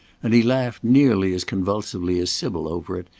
and he laughed nearly as convulsively as sybil over it,